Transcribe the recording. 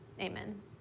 Amen